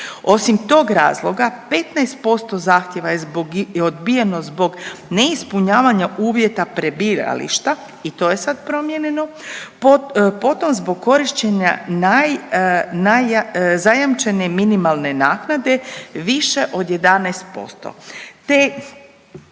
Osim tog razloga 15% zahtjeva je odbijeno zbog neispunjavanja uvjeta prebivališta i to je sad promijenjeno, potom zbog korištenja naj, naj ja, zajamčene minimalne naknade više od 11%.